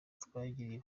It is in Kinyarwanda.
twagiriwe